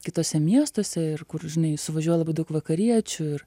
kituose miestuose ir kur žinai suvažiuoja labai daug vakariečių ir